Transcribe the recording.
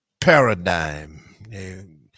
paradigm